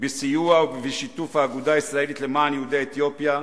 בסיוע ובשיתוף האגודה הישראלית למען יהודי אתיופיה.